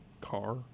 car